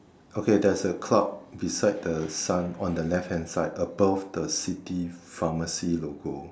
okay there's a cloud beside the sun on the left hand side above the city pharmacy logo